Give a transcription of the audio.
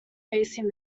facing